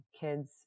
kids